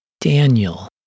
Daniel